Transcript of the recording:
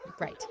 Right